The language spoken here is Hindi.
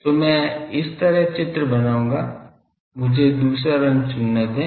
तो मैं इस तरह चित्र बनाऊंगा मुझे दूसरा रंग चुनने दें